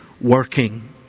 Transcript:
working